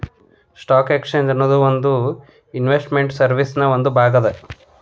stock exchange ಅನ್ನೊದು ಒಂದ್ investment ಸರ್ವೇಸಿನ್ ಒಂದ್ ಭಾಗ ಅದ